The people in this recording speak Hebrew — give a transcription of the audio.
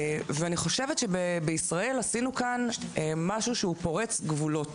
ואני חושבת שבישראל עשינו משהו שהוא פורץ גבולות